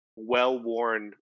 well-worn